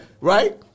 Right